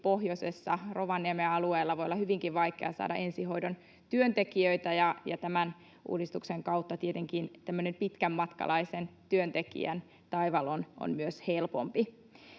pohjoisessa, Rovaniemen alueella, voi olla hyvinkin vaikeaa saada ensihoidon työntekijöitä, ja tämän uudistuksen kautta tietenkin myös pitkämatkalaisen työntekijän taival on helpompi.